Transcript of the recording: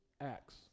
Acts